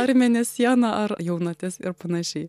ar mėnesiena ar jaunatis ir panašiai